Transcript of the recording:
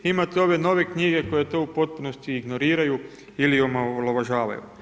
Imate ove nove knjige koje to u potpunosti ignoriraju ili omalovažavaju.